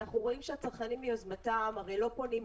אבל אנחנו רואים שהצרכנים מיוזמתם הרי לא פונים.